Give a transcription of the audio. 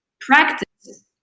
practice